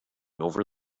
over